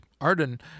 Arden